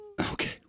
Okay